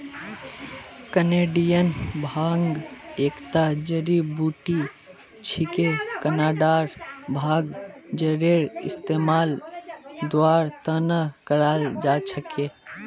Canadian भांग एकता जड़ी बूटी छिके कनाडार भांगत जरेर इस्तमाल दवार त न कराल जा छेक